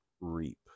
reap